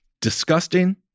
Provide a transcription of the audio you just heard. disgusting